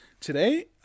Today